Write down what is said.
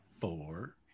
four